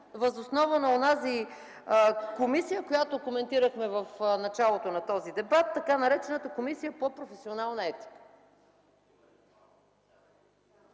въз основа на онази комисия, която коментирахме в началото на този дебат, така наречената Комисия по професионална етика.